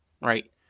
right